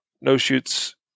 no-shoots